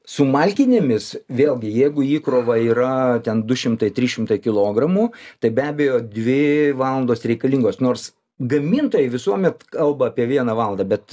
su malkinėmis vėlgi jeigu įkrova yra ten du šimtai trys šimtai kilogramų tai be abejo dvi valandos reikalingos nors gamintojai visuomet kalba apie vieną valandą bet